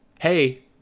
hey